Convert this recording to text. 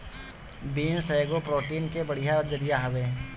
beans एगो protein के बढ़िया जरिया हवे